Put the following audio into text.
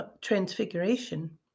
Transfiguration